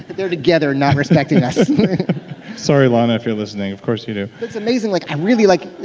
but they're together not respecting us sorry lana, if you're listening. of course you do it's amazing. like i really like